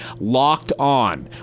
LOCKEDON